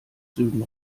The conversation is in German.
süden